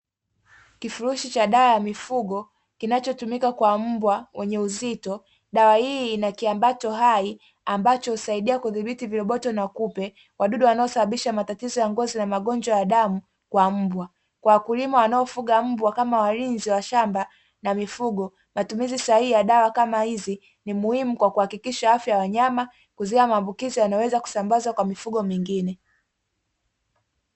Kifurushi cha dawa ya mifugo, kinachotumika kwa mbwa wenye uzito, dawa hii ina kiambato hai ambacho husaidia kudhibiti viroboto na kupe, wadudu wanaosababisha matatizo ya ngozi na magonjwa ya damu kwa mbwa. Kwa wakulima wanaofuga mbwa kama walinzi wa shamba na mifugo, matumizi sahihi ya dawa kama hizi, ni muhimu kwa kuhakikisha afya ya wanyama, kuzuia maambukizi yanayoweza kusambazwa kwa mifugo mingine.